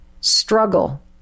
struggle